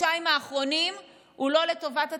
בחודשיים האחרונים הוא לא לטובת הציבור,